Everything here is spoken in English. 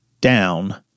down